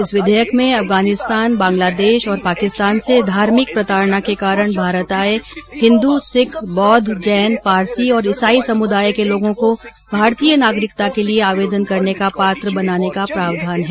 इस विधेयक में अफगानिस्तान बांग्लादेश और पाकिस्तान से धार्मिक प्रताडना के कारण भारत आए हिन्दू सिख बौद्ध जैन पारसी और ईसाई समुदायों के लोगों को भारतीय नागरिकता के लिए आवेदन करने का पात्र बनाने का प्रावधान है